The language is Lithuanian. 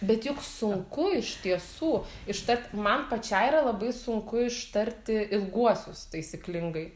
bet juk sunku iš tiesų ištart man pačiai yra labai sunku ištarti ilguosius taisyklingai